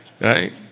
Right